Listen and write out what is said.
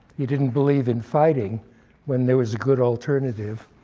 he didn't believe in fighting when there was a good alternative.